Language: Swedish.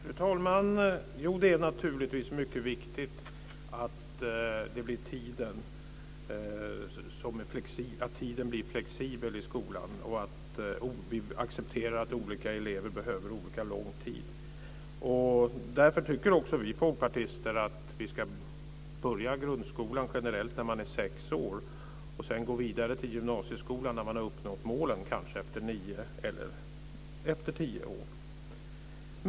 Fru talman! Jo, det är naturligtvis mycket viktigt att tiden blir flexibel i skolan och att vi accepterar att olika elever behöver olika lång tid. Därför tycker också vi folkpartister att barnen generellt ska börja i grundskolan när de är sex år och sedan gå vidare till gymnasieskolan när de har uppnått målen, kanske efter nio eller tio år.